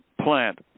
plant